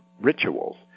rituals